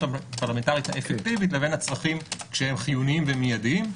הפרלמנטרית האפקטיבית לבין הצרכים שהם חיוניים ומיידים.